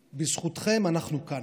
ובזכותכם אנחנו כאן.